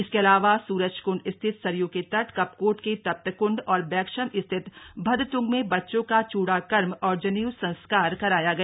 इसके अलावा सूरजकंड स्थित सरयू के तट कपकोट के तप्तक्ंड और बैछम स्थित भद्रत्ंग में बच्चों का चूड़ाकर्म और जनेऊ संस्कार कराया गया